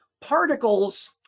particles